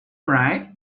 right